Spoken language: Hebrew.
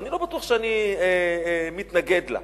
ואני לא בטוח שאני מתנגד לה,